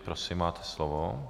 Prosím, máte slovo.